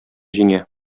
җиңә